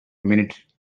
minute